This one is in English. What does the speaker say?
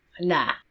nah